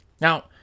Now